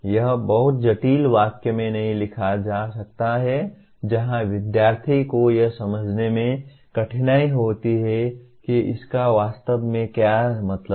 यह बहुत जटिल वाक्य में नहीं लिखा जा सकता है जहाँ विध्यार्थी को यह समझने में कठिनाई होती है कि इसका वास्तव में क्या मतलब है